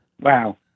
Wow